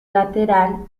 lateral